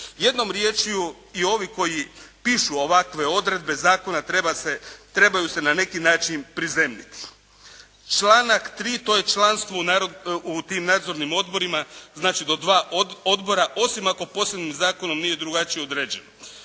Jednom riječju, i ovi koji pišu ovakve odredbe zakona trebaju se na neki način prizemljiti. Članak 3., to je članstvo u tim nadzornim odborima, znači do dva odbora osim ako posebnim zakonom nije drugačije određeno.